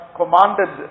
commanded